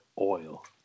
oil